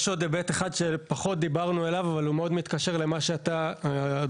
יש עוד היבט אחד שפחות דיברנו עליו אבל הוא מאוד מתקשר למה שאתה דיברת.